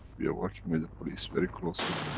we are working with the police very closely.